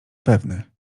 pewny